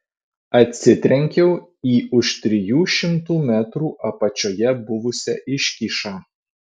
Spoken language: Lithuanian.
atsitrenkiau į už trijų šimtų metrų apačioje buvusią iškyšą